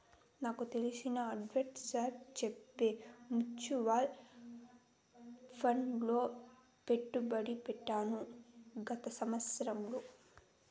నాకు తెలిసిన అడ్వైసర్ చెప్తే మూచువాల్ ఫండ్ లో పెట్టుబడి పెట్టాను గత సంవత్సరంలో